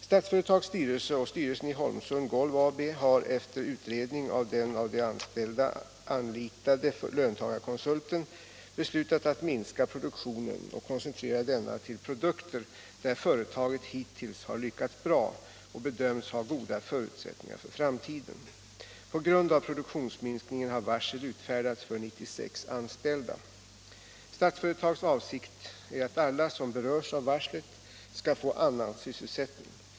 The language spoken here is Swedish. Statsföretags styrelse och styrelsen i Holmsund Golv AB har, efter utredning av den av de anställda anlitade löntagarkonsulten, beslutat att minska produktionen och koncentrera denna till produkter, där företaget hittills har lyckats bra och bedöms ha goda förutsättningar för framtiden. På grund av produktionsminskningen har varsel utfärdats för 96 anställda. Statsföretags avsikt är att alla som berörs av varslet skall få annan sysselsättning.